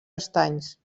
estanys